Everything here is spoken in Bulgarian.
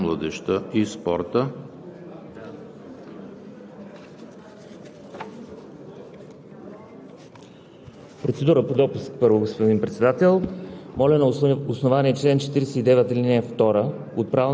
на Комисията по въпросите на децата, младежта и спорта